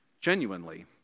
genuinely